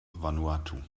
vanuatu